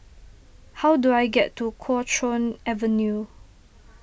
how do I get to Kuo Chuan Avenue